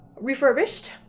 refurbished